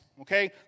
Okay